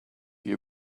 you